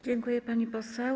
Dziękuję, pani poseł.